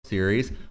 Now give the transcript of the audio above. series